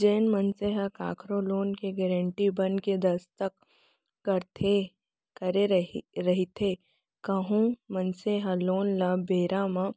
जेन मनसे ह कखरो लोन के गारेंटर बनके दस्कत करे रहिथे कहूं मनसे ह लोन ल बेरा म